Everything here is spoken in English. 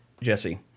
Jesse